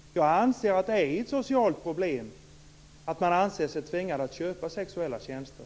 Jag anser att det är ett socialt problem att man anser sig tvingad att köpa sexuella tjänster.